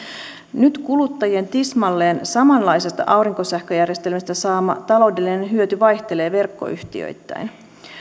nyt kuluttajien tismalleen samanlaisesta aurinkosähköjärjestelmästä saama taloudellinen hyöty vaihtelee verkkoyhtiöittäin